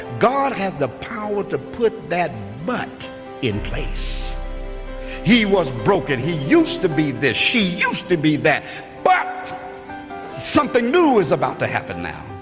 god has the power to put that but in place he was broken. he used to be this she used to be that but something new is about to happen now